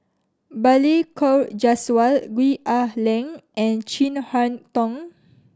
Balli Kaur Jaswal Gwee Ah Leng and Chin Harn Tong